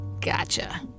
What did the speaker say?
Gotcha